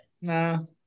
no